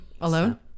Alone